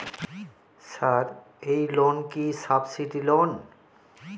Sir এই loan কি subsidy loan?